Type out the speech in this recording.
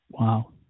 Wow